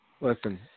Listen